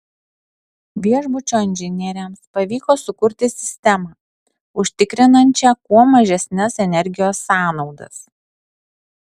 viešbučio inžinieriams pavyko sukurti sistemą užtikrinančią kuo mažesnes energijos sąnaudas